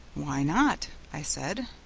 why not? i said.